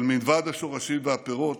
אבל מלבד השורשים והפירות,